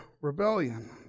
rebellion